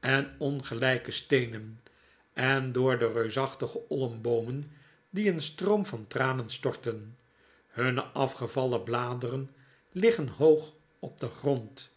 en ongelpe steenen en door de reusachtige olmboomen die een stroom van tranen storten hunne afgevallen bladeren liggen hoog op den grond